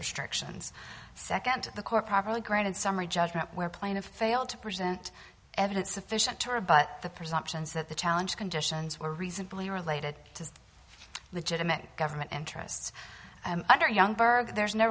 restrictions second the court properly granted summary judgment where plaintiff failed to present evidence sufficient to rebut the presumptions that the challenge conditions were reasonably related to legitimate government interests under young berg there is no